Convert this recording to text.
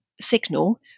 signal